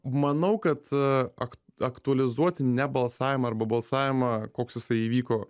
manau kad ak aktualizuoti ne balsavimą arba balsavimą koks jisai įvyko